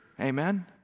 Amen